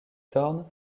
thorne